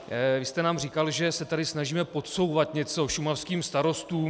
Vy jste nám říkal, že se tady snažíme podsouvat něco šumavským starostům.